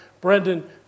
Brendan